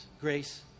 Grace